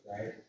right